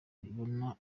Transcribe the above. abibona